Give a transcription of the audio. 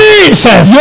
Jesus